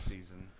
Season